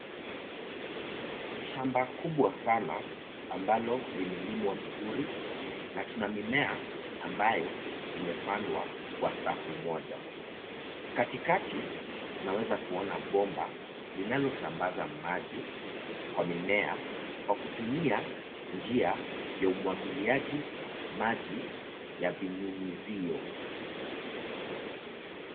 Shamba kubwa sana ambalo limelimwa vizuri na tuna mimea ambayo imepandwa kwa safu moja. Katikati tunaweza kuona bomba linalosambaza maji kwa mimea kwa kutumia njia ya umwagiliaji maji ya vinyunyizio.